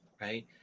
right